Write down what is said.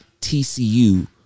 TCU